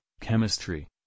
chemistry